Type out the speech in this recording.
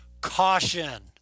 Caution